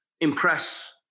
impress